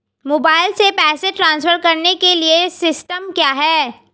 Mobile से पैसे transfer करने के लिए सिस्टम क्या है?